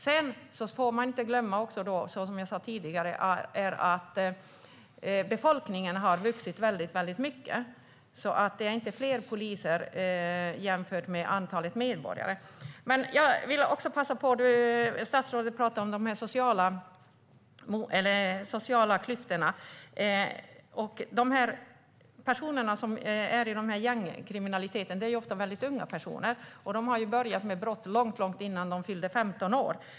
Sedan får man inte glömma att befolkningen har vuxit väldigt mycket, som jag sa tidigare, så det är inte fler poliser jämfört med antalet medborgare. Statsrådet talar om de sociala klyftorna. Det är ofta väldigt unga personer som ägnar sig åt gängkriminalitet. De har börjat med brott långt innan de fyllt 15 år.